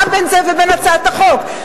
מה בין זה ובין הצעת החוק?